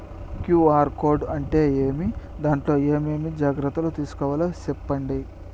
QR code అంటే ఏమి? దాంట్లో ఏ ఏమేమి జాగ్రత్తలు తీసుకోవాలో సెప్పండి?